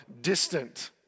distant